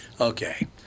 Okay